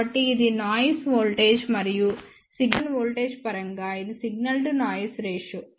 కాబట్టి ఇది noise voltage మరియు సిగ్నల్ వోల్టేజ్ పరంగా ఇది సిగ్నల్ టు నాయిస్ రేషియో